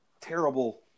terrible